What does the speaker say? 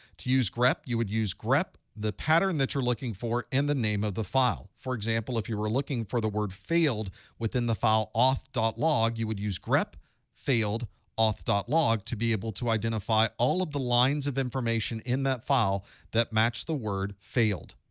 to use grep, you would use grep, the pattern that you're looking for, and the name of the file. for example, if you were looking for the word failed within the file auth log, you would use grep failed auth log to be able to identify all of the lines of information in that file that match the word failed.